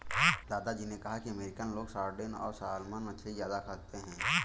दादा जी ने कहा कि अमेरिकन लोग सार्डिन और सालमन मछली ज्यादा खाते हैं